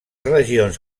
regions